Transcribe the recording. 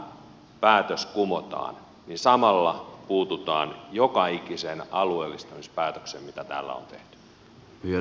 jos tämä päätös kumotaan niin samalla puututaan joka ikiseen alueellistamispäätökseen mitä täällä on tehty